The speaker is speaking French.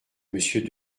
monsieur